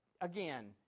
Again